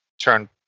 turn